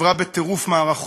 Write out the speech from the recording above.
חברה בטירוף מערכות,